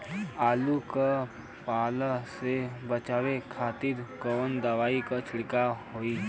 आलू के पाला से बचावे के खातिर कवन दवा के छिड़काव होई?